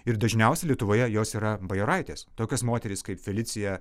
ir dažniausiai lietuvoje jos yra bajoraitės tokios moterys kaip felicija